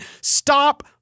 Stop